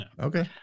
Okay